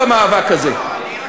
מיכאל אורן,